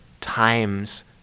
times